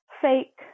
fake